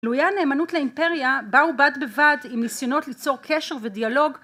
תלויה נאמנות לאימפריה באו בד בבד עם ניסיונות ליצור קשר ודיאלוג